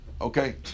okay